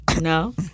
no